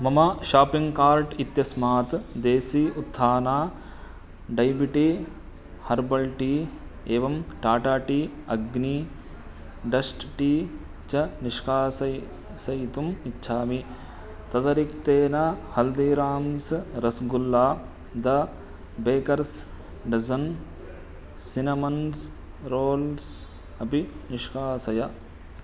मम shopping cart इत्यस्मात् देसी उत्थाना डैबिटी हर्बल् टी एवं Tata tea Agni dust tea च निष्कासय् सयितुम् इच्छामि तदरिक्तेन Haldiram's rasgulla the baker's dozen cinnamons rolls अपि निष्कासय